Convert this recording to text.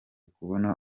kubona